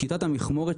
שיטת המכמורת,